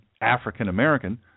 African-American